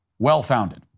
well-founded